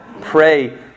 Pray